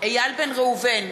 איל בן ראובן,